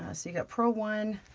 ah so you got purl one,